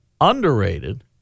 underrated